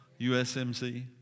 USMC